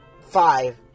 five